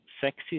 sexy